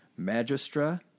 Magistra